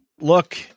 Look